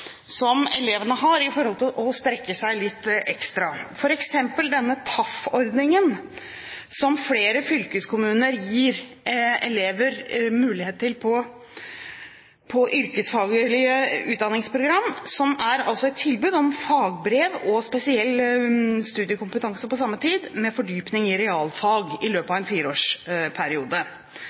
som elevene har når det gjelder å strekke seg litt ekstra, f.eks. denne TAF-ordningen. Flere fylkeskommuner gir elever på yrkesfaglige utdanningsprogram tilbud om fagbrev og spesiell studiekompetanse på samme tid med fordypning i realfag i løpet av en fireårsperiode.